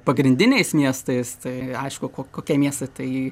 pagrindiniais miestais tai aišku kokie miestai tai